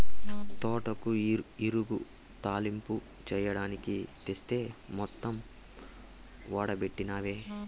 తోటాకు ఇగురు, తాలింపు చెయ్యడానికి తెస్తి మొత్తం ఓడబెట్టినవే